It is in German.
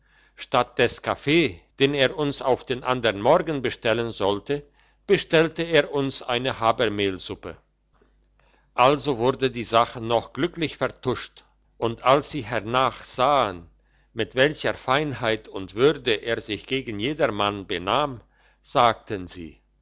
statt des kaffee den er uns auf den andern morgen bestellen sollte bestellte er uns eine habermehlsuppe also wurde die sache noch glücklich vertuscht und als sie hernach sahen mit welcher feinheit und würde er sich gegen jedermann benahm sagten sie